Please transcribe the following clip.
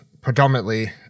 predominantly